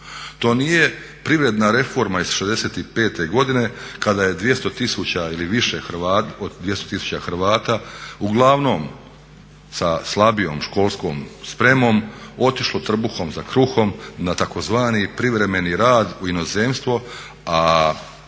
To nije privredna reforma iz '65. godine kada je 200 tisuća Hrvata uglavnom sa slabijom školskom spremom otišlo trbuhom za kruhom na tzv. privremeni rad u inozemstvo a